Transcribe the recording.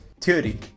Theory